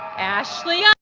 ashley ah